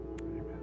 amen